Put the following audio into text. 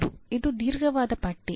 ಹೌದು ಇದು ದೀರ್ಘವಾದ ಪಟ್ಟಿ